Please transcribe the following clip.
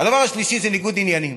הדבר השלישי זה ניגוד עניינים,